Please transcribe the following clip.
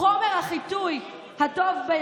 מדובר, אם שר המשפטים היה מואיל בטובו להיות